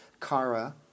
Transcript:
Kara